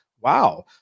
wow